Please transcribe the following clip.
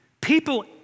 People